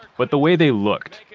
but the way they looked.